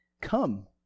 Come